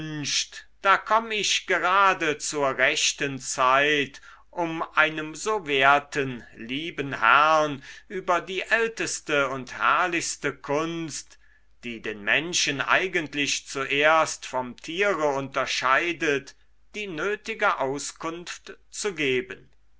da komm ich gerade zur rechten zeit um einem so werten lieben herrn über die älteste und herrlichste kunst die den menschen eigentlich zuerst vom tiere unterscheidet die nötige auskunft zu geben